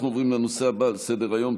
אנחנו עוברים לנושא הבא על סדר-היום,